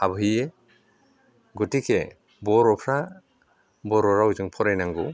हाबहैयो गथिखे बर'फ्रा बर' रावजों फरायनांगौ